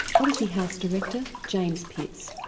odyssey house director james pitts.